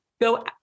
go